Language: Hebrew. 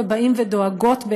סיוע וייצוג על